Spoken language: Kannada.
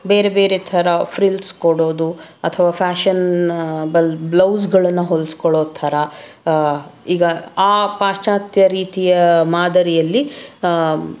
ಬೇರೆ ಬೇರೆ ಥರ ಫ್ರಿಲ್ಸ್ ಕೊಡೋದು ಅಥವಾ ಫ್ಯಾಷನಬಲ್ ಬ್ಲೌಸ್ಗಳನ್ನು ಹೊಲ್ಸ್ಕೊಳ್ಳೋ ಥರ ಈಗ ಆ ಪಾಶ್ಚಾತ್ಯ ರೀತಿಯ ಮಾದರಿಯಲ್ಲಿ